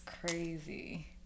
crazy